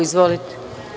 Izvolite.